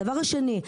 הדבר השני,